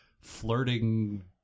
flirting